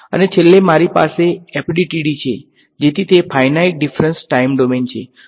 અને છેલ્લે અમારી પાસે FDTD છે જેથી તે ફાઈનાઈટ ડીફરંસ ટાઈમ ડોમેન છે